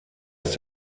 ist